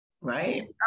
right